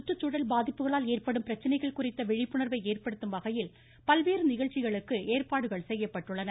சுற்றுச்சூழல் பாதிப்புகளால் ஏற்படும் பிரச்சனைகள் குறித்த விழிப்புணர்வை ஏற்படுத்துவதற்கான பல்வேறு நிகழ்ச்சிகளுக்கு ஏற்பாடுகள் செய்யப்பட்டுள்ளன